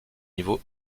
niveau